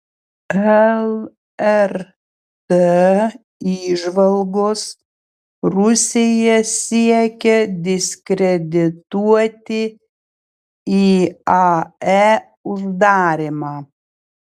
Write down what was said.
lrt įžvalgos rusija siekia diskredituoti iae uždarymą